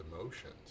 emotions